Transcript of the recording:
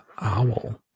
owl